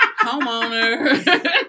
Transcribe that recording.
homeowner